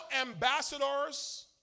ambassadors